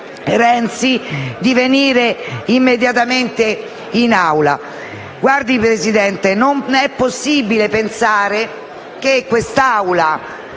Renzi di venire immediatamente in Aula. Signora Presidente, non è possibile pensare che quest'Aula